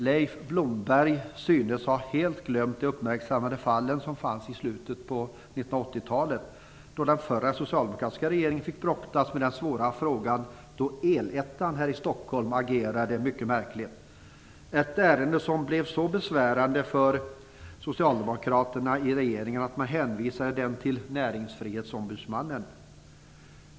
Leif Blomberg synes helt ha glömt de uppmärksammade fall som förekom i slutet av 1980-talet. Då fick den förra socialdemokratiska regeringen brottas med den svåra frågan, då El-Ettan här i Stockholm agerade mycket märkligt. Det var ett ärende som blev så besvärande för socialdemokraterna i regeringen att de hänvisade det till Näringsfrihetsombudsmannen.